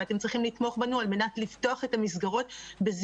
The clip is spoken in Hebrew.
ואתם צריכים לתמוך בנו על מנת לפתוח את המסגרות בזהירות.